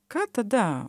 ką tada